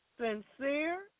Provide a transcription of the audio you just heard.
sincere